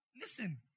Listen